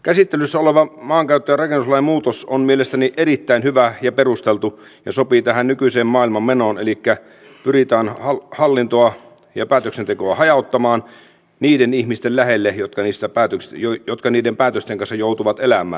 käsittelyssä oleva maankäyttö ja rakennuslain muutos on mielestäni erittäin hyvä ja perusteltu ja sopii hyvin tähän nykyiseen maailmanmenoon elikkä pyritään hallintoa ja päätöksentekoa hajauttamaan niiden ihmisten lähelle jotka niiden päätösten kanssa joutuvat elämään